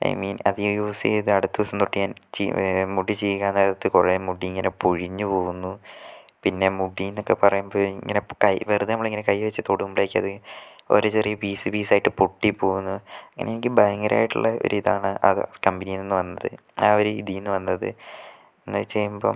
I mean അത് ഞാൻ use ചെയ്ത് അടുത്ത ദിവസം തൊട്ട് ഞാൻ ചീ മുടി ചീകാൻ നേരത്ത് കുറേ മുടി ഇങ്ങനെ പൊഴിഞ്ഞു പോകുന്നു പിന്നെ മുടിയെന്നൊക്കെ പറയുമ്പം ഇങ്ങനെ കൈ വെറുതെ ഇങ്ങനെ നമ്മൾ കൈവെച്ച് തൊടുമ്പോഴേയ്ക്കും അത് ഒരു ചെറിയ പീസ് പീസ് ആയിട്ട് പൊട്ടി പോകുന്നു ഇങ്ങനെ എനിക്ക് ഭയങ്കരമായിട്ടുള്ള ഒരു ഇതാണ് അത് കമ്പനിയിൽ നിന്ന് വന്നത് ആ ഒരു ഇതിൽ നിന്നു വന്നത് എന്ന് വെച്ച് കഴിയുമ്പം